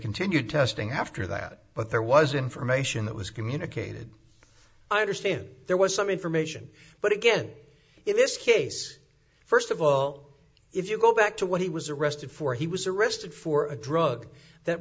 continue testing after that but there was information that was communicated i understand there was some information but again in this case first of all if you go back to what he was arrested for he was arrested for a drug that